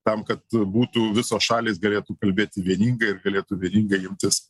tam kad būtų visos šalys galėtų kalbėti vieningai ir galėtų vieningai imtis